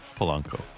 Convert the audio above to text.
Polanco